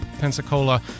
Pensacola